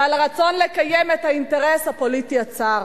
ועל הרצון לקיים את האינטרס הפוליטי הצר